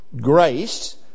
grace